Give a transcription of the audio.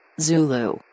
Zulu